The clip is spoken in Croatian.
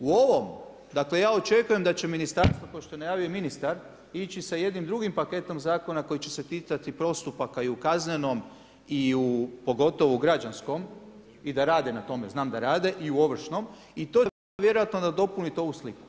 U ovom, dakle ja očekujem da će ministarstvo kao što je najavio i ministar ići sa jednim drugim paketom zakona koji će se ticati postupaka i u kaznenom i u pogotovo građanskom i da rade na tome, znam da rade i u ovršnom i to će onda vjerojatno nadopuniti ovu sliku.